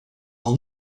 del